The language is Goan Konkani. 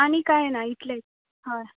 आनी काय ना इतलें हय